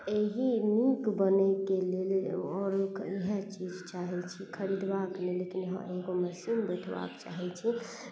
एहि नीक बनयके लेल आओर इएह चीज चाहय छी खरीदबाक लेल लेकिन हँ एगो मशीन बैठबाक चाहय छी